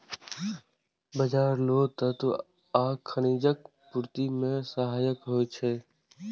बाजरा लौह तत्व आ खनिजक पूर्ति मे सहायक होइ छै